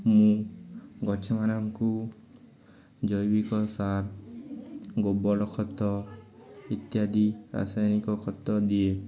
ମୁଁ ଗଛମାନଙ୍କୁ ଜୈବିକ ସାର୍ ଗୋବର ଖତ ଇତ୍ୟାଦି ରାସାୟନିକ ଖତ ଦିଏ